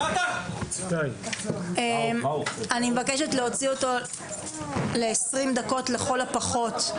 אני מבקשת להוציא אותו ל-20 דקות לכל הפחות.